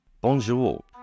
Bonjour